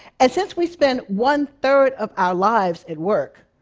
and since we spend one-third of our lives at work,